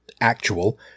actual